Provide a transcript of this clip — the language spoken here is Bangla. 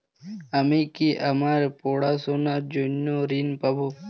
আমি কি আমার পড়াশোনার জন্য ঋণ পাব?